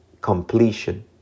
completion